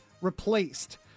replaced